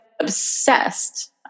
obsessed